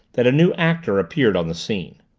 that a new actor appeared on the scene.